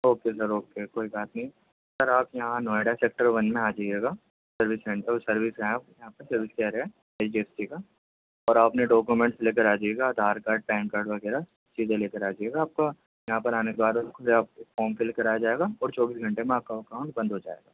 okay sir okay کوئی بات نہیں سر آپ یہاں نوئیڈا سیکٹر ون میں آ جائیے گا سروس سینٹر سروس ہیں یہاں پہ سروس کیئر ہے ایچ ڈی ایف سی کا اور آپ اپنے ڈاکیومنٹ لے کر آ جائیے گا آدھار کارڈ پین کارڈ وغیرہ سیدھے لے کے آ جائیے گا آپ کا یہاں پر آنے کے بعد فارم فل کرایا جائے گا اور چوبیس گھنٹے میں آپ کا اکاؤنٹ بند ہو جائے گا